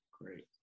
Great